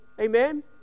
amen